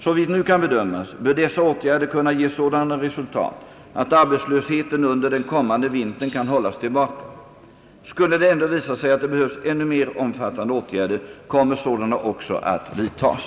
Såvitt nu kan bedömas bör dessa åtgärder kunna ge sådana resultat att arbetslösheten under den kommande vintern kan hållas tillbaka. Skulle det ändå visa sig att det behövs ännu mer omfattande åtgärder, kommer sådana också att vidtas.